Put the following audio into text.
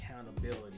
accountability